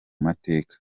mateka